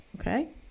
okay